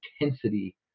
intensity